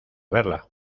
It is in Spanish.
verla